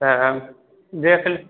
तऽ देख लै